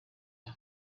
iya